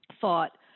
thought